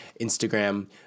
Instagram